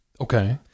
Okay